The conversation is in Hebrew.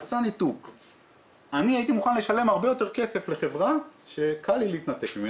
אני חייב לומר שהחברות לקחו את הדברים והן מאוד בעניין